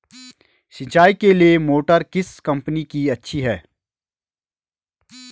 सिंचाई के लिए मोटर किस कंपनी की अच्छी है?